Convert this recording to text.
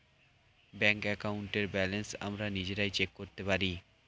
bank অ্যাকাউন্টের balance আমরা নিজেরা চেক করতে পারি